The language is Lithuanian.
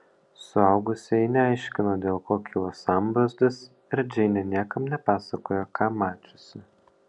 suaugusieji neaiškino dėl ko kilo sambrūzdis ir džeinė niekam nepasakojo ką mačiusi